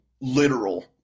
literal